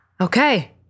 Okay